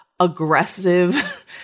aggressive